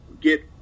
get